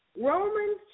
Romans